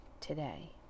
today